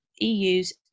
EU's